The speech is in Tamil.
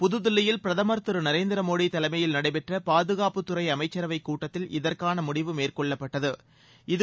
புதுதில்லியில் பிரதமர் திரு நரேந்திர மோடி தலைமையில் நடைபெற்ற பாதுகாப்புத்துறை அமைச்சரவை கூட்டத்தில் இதற்கான முடிவு மேற்கொள்ளப்பட்டது